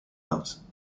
house